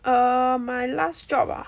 err my last job ah